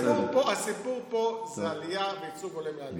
הסיפור פה זה עלייה וייצוג הולם לעלייה.